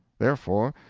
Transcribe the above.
therefore,